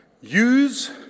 use